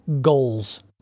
GOALS